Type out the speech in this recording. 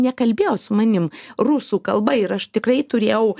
nekalbėjo su manim rusų kalba ir aš tikrai turėjau